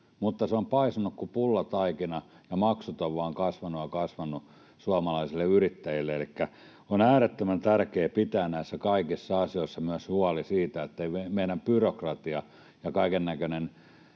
Mutta se on paisunut kuin pullataikina, ja maksut ovat vain kasvaneet ja kasvaneet suomalaisille yrittäjille. Elikkä on äärettömän tärkeää pitää näissä kaikissa asioissa myös huoli siitä, ettei meidän byrokratia ja kaikennäköinen